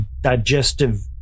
digestive